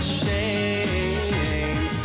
shame